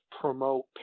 promote